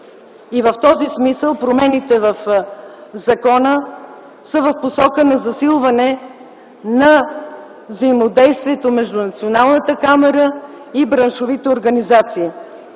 В този смисъл промените в закона са в посока на засилване на взаимодействието между Националната камара и браншовите организации.